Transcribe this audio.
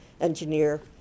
engineer